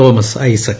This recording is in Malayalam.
തോമസ് ഐസക്